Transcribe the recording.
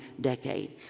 decade